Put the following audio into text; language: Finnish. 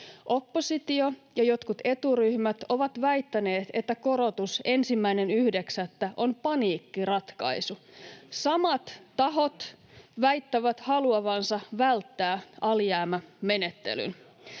Oppositio ja jotkut eturyhmät ovat väittäneet, että korotus 1.9. on paniikkiratkaisu. [Eduskunnasta: Kyllä, se on!] Samat tahot väittävät haluavansa välttää alijäämämenettelyn.